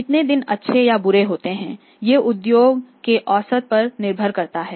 कितने दिन अच्छे या बुरे होते हैं यह उद्योग के औसत पर निर्भर करता है